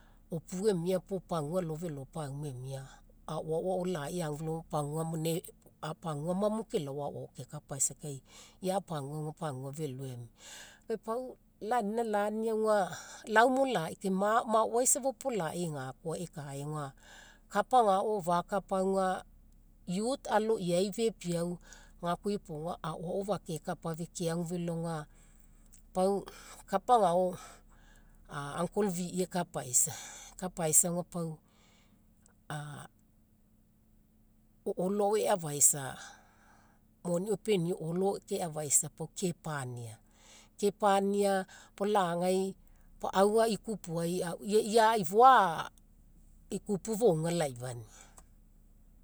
Opua emia puo pagua alo felo pauma emia, aoao ao lai agu felo paguama mo kelao aoao kekapaisa kai, ia pagua pagua felo emia. Kai pau lau anina lani auga, lau mo lai kai maoai safa opolai gakoa ekaega, kapa agao fakapa auga youth aloisai fepiau gakoa iopoga aoao fakekapa fekeagu felo auga, pau kapa agao uncle vi'i ekapaisa. Ekapaisa auga pau, o'olo ao eafaisa moni ao o'olo keafaisa pau kepania puo lagai aua ikupuai ia ifoa a'ikupu laifania